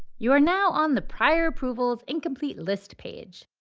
you are now on the prior approvals incomplete list page.